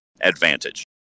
advantage